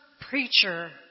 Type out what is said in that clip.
preacher